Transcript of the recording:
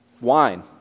wine